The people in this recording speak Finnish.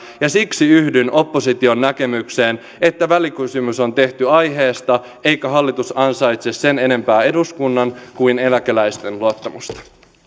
ja siksi yhdyn opposition näkemykseen että välikysymys on tehty aiheesta eikä hallitus ansaitse sen enempää eduskunnan kuin eläkeläisten luottamusta